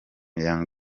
young